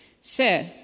Sir